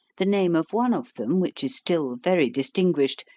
the name of one of them, which is still very distinguished,